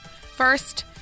First